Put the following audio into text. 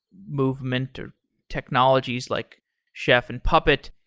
movement, or technologies like chef and puppet,